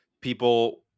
people